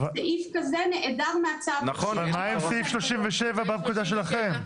סעיף כזה נעדר מהצו --- אבל מה עם סעיף 37 בפקודה שלכם?